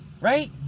Right